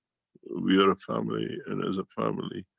we are a family, and as a family